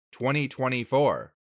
2024